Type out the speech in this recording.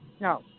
No